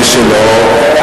מי שלא,